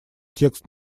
текст